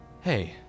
Hey